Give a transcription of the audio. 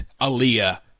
Aaliyah